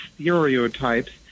stereotypes